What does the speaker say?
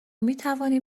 میتوانیم